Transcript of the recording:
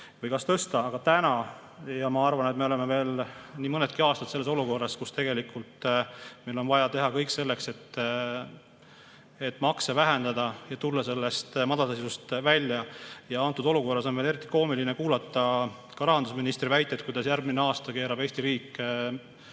või kas seda tõsta. Aga täna ja ma arvan, et veel nii mõnedki aastad oleme olukorras, kus meil on vaja teha kõik selleks, et makse vähendada ja tulla sellest madalseisust välja. Antud olukorras on veel eriti koomiline kuulata rahandusministri väiteid, kuidas järgmisel aastal keerab Eesti riigis